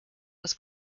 was